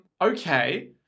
okay